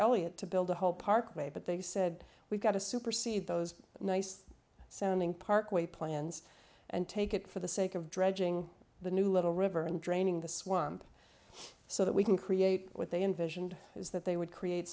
elliott to build a whole parkway but they said we've got to supersede those nice sounding parkway plans and take it for the sake of dredging the new little river and draining the swamp so that we can create what they envisioned is that they would create